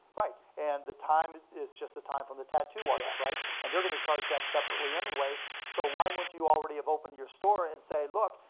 right. and the time is just the time from the tattoo artist, right? and they're gonna charge that separately anyways, so why wouldn't you already have opened your store and say, look,